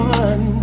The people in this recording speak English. one